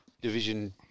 Division